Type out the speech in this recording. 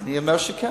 אני אומר שכן.